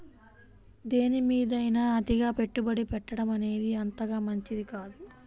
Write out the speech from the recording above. దేనిమీదైనా అతిగా పెట్టుబడి పెట్టడమనేది అంతగా మంచిది కాదు